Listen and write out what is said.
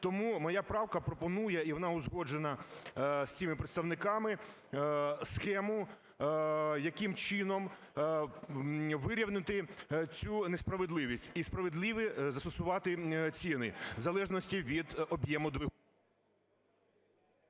Тому моя правка пропонує, і вона узгоджена з цими представниками, схему, яким чином вирівняти цю несправедливість і справедливо застосувати ціни в залежності від об'єму…